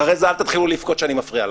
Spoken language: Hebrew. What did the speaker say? אחרי זה אל תתחילו לבכות שאני מפריע לכם,